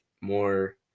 more